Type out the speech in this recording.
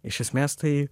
iš esmės tai